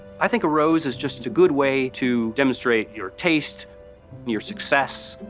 i think a rose is just a good way to demonstrate your taste your success